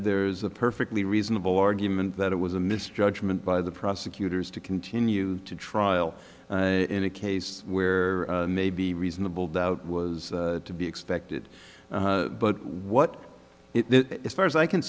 there's a perfectly reasonable argument that it was a misjudgment by the prosecutors to continue to trial in a case where maybe reasonable doubt was to be expected but what it is far as i can